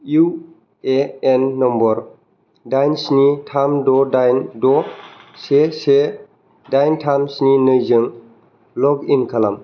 U A N number दाइन स्नि थाम द' दाइन द' से से दाइन थाम स्नि नैजों लग इन खालाम